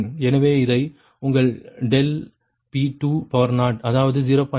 எனவே இதை உங்கள் ∆P2 அதாவது 0